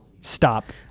Stop